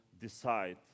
decide